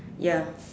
ya